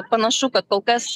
panašu kad kol kas